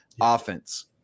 offense